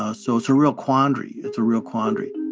ah so it's a real quandary it's a real quandary